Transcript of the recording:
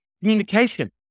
communication